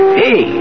hey